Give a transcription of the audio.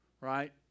right